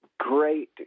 great